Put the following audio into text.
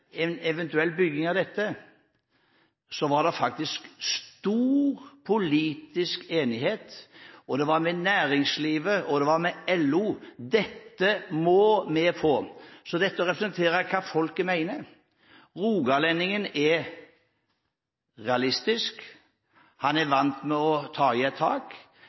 en eventuell bygging av det, var det faktisk stor politisk enighet med næringslivet og med LO – dette må vi få! Så når det gjelder å representere det folk mener: Rogalendingen er realistisk, han er vant til å ta i et tak.